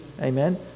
Amen